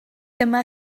dyma